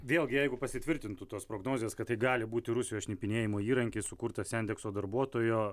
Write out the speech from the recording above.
vėlgi jeigu pasitvirtintų tos prognozės kad tai gali būti rusijos šnipinėjimo įrankis sukurtas jendekso darbuotojo